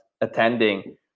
attending